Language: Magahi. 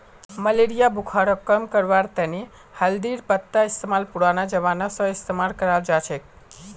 मलेरिया बुखारक कम करवार तने हल्दीर पत्तार इस्तेमाल पुरना जमाना स इस्तेमाल कराल जाछेक